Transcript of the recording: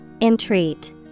Entreat